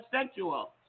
sexual